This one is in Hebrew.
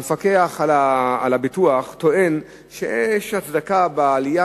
המפקח על הביטוח טוען שיש הצדקה בעלייה,